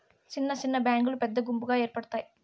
సిన్న సిన్న బ్యాంకులు పెద్ద గుంపుగా ఏర్పడుతాయి